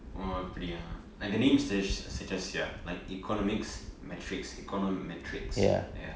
oh அப்படியே:appadiya like the name suggest suggests ya like economics metrics economic metrics ya